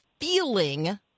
feeling